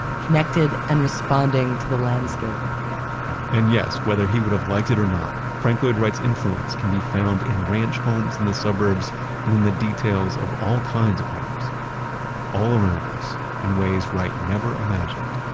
connected and responding to the landscape and yes, whether he would have liked it or not, frank lloyd wright's influence can be found in ranch homes in the suburbs, and in the details of all kinds of homes all around us, in ways wright never imagined.